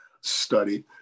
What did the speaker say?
study